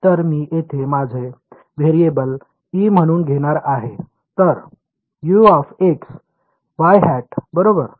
तर मी येथे माझे व्हेरिएबल E म्हणून घेणार आहे तर U yˆ बरोबर